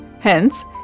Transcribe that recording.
Hence